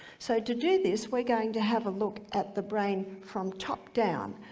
so to do this we're going to have a look at the brain from top-down.